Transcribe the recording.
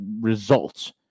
results